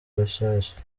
rushyashya